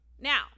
Now